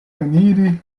eniri